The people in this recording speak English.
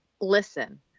Listen